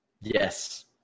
Yes